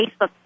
Facebook